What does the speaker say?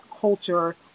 culture